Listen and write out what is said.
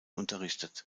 unterrichtet